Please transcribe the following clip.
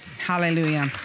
Hallelujah